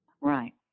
Right